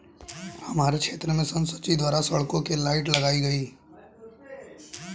हमारे क्षेत्र में संसद जी द्वारा सड़कों के लाइट लगाई गई